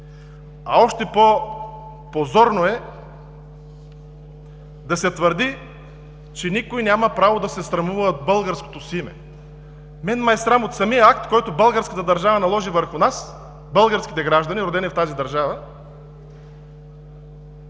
А още по-позорно е да се твърди, че никой няма право да се срамува от българското си име. Мен ме е срам от самия акт, който българската държава наложи върху нас – българските граждани, родени в тази държава,